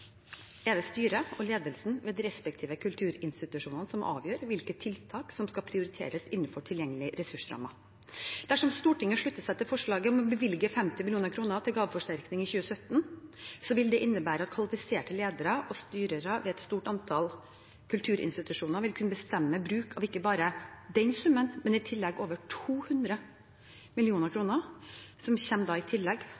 er det styret og ledelsen ved de respektive kulturinstitusjonene som avgjør hvilke tiltak som skal prioriteres innenfor tilgjengelige ressursrammer. Dersom Stortinget slutter seg til forslaget om å bevilge 50 mill. kr til gaveforsterkning i 2017, vil det innebære at kvalifiserte ledere og styrere ved et stort antall kulturinstitusjoner vil kunne bestemme bruk av ikke bare den summen, men i tillegg over 200